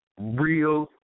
real